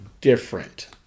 different